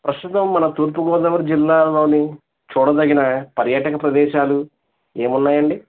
ప్రస్తుతం మన తూర్పుగోదావరి జిల్లాలోని చూడదగిన పర్యాటక ప్రదేశాలు ఏమున్నాయండి